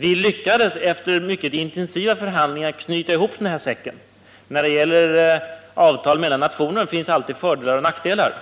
Vi lyckades efter mycket intensiva förhandlingar knyta ihop den här säcken. När det gäller avtal mellan nationer finns alltid fördelar och nackdelar,